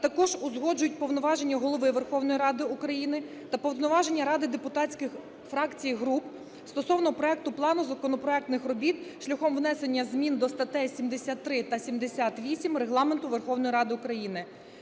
також узгоджують повноваження Голови Верховної Ради України та повноваження ради депутатських фракцій і груп стосовно проекту плану законопроектних робіт шляхом внесення змін до статей 73 та 78 Регламенту Верховної Ради України.